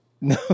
No